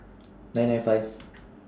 nine nine five